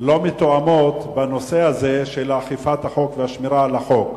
לא מתואמים בנושא הזה של אכיפת החוק והשמירה על החוק.